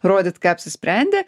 rodyt ką apsisprendė